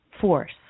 force